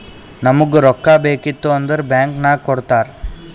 ನಮುಗ್ ರೊಕ್ಕಾ ಬೇಕಿತ್ತು ಅಂದುರ್ ಬ್ಯಾಂಕ್ ನಾಗ್ ಕೊಡ್ತಾರ್